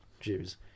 Jews